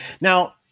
Now